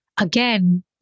again